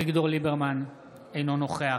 אינו נוכח